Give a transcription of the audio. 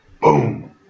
Boom